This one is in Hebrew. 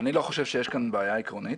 אני לא חושב שיש כאן בעיה עקרונית.